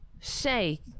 say